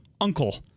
Uncle